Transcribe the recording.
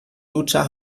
lutscher